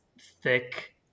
thick